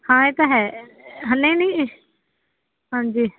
ਹਾਂ ਇਹ ਤਾਂ ਹੈ ਨਹੀਂ ਨਹੀਂ ਹਾਂਜੀ